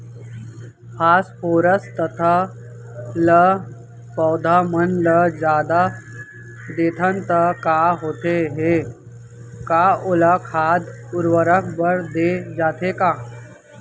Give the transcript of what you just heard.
Phosphorus तथा ल पौधा मन ल जादा देथन त का होथे हे, का ओला खाद उर्वरक बर दे जाथे का?